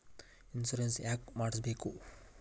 Insurance ಯಾಕ್ ಮಾಡಿಸಬೇಕು?